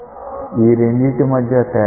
ఈ రెండిటి మధ్య తేడా ఏమిటి